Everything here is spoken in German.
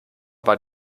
war